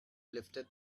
lifted